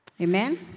Amen